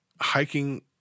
hiking